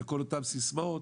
וכל אותן סיסמאות.